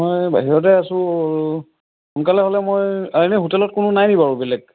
মই বাহিৰতে আছোঁ সোনকালে হ'লে মই এনে হোটেলত কোনো নাই নেকি বাৰু বেলেগ